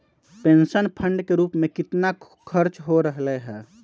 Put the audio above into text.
Pension fund के रूप में कितना खर्च हो रहले है?